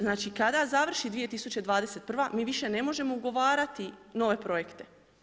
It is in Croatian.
Znači, kada završi 2021., mi više ne možemo ugovarati nove projekte.